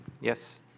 Yes